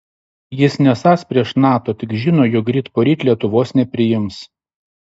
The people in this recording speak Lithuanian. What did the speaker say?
jis nesąs prieš nato tik žino jog ryt poryt lietuvos nepriims